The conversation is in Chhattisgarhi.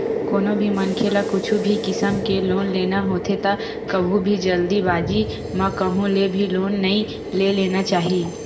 कोनो भी मनखे ल कुछु भी किसम के लोन लेना होथे त कभू भी जल्दीबाजी म कहूँ ले भी लोन नइ ले लेना चाही